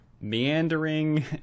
meandering